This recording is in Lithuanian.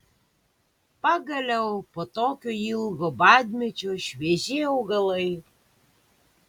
pagaliau po tokio ilgo badmečio švieži augalai